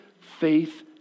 faith